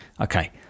Okay